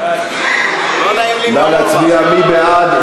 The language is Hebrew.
מי בעד?